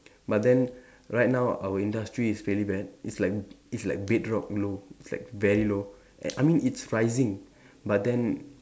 but then right now our industry is really very it's like it's like bed drop low it's like very low I mean it's rising but then